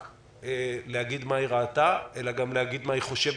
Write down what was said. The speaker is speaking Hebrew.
פעולה ולא רק את מה שראו עיני חבריה.